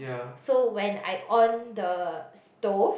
so when I on the stove